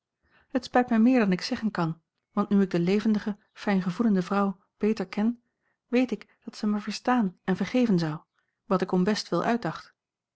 het spijt mij meer dan ik zeggen kan want nu ik de levendige fijngevoelende vrouw beter ken weet ik dat zij mij verstaan en vergeven zou wat ik om bestwil uitdacht